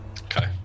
Okay